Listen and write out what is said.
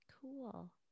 Cool